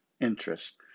interest